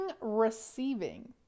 Receiving